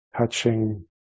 touching